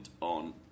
on